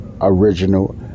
original